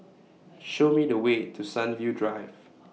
Show Me The Way to Sunview Drive